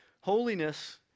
Holiness